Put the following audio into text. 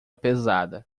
pesada